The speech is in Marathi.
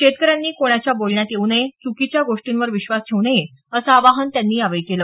शेतकऱ्यांनी कोणाच्या बोलण्यात येऊ नये च्कीच्या गोष्टींवर विश्वास ठेवू नये असं आवाहन त्यांनी केलं